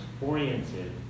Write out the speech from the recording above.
oriented